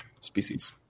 species